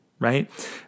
right